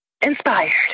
inspired